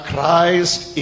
Christ